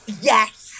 Yes